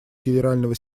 генерального